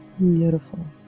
Beautiful